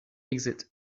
exit